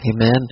Amen